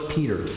Peter